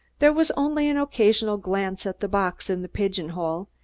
there was only an occasional glance at the box in the pigeonhole,